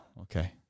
okay